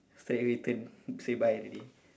straightaway turn say bye already